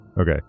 Okay